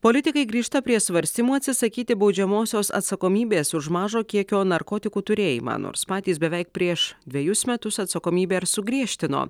politikai grįžta prie svarstymų atsisakyti baudžiamosios atsakomybės už mažo kiekio narkotikų turėjimą nors patys beveik prieš dvejus metus atsakomybę ir sugriežtino